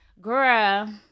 girl